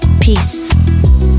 Peace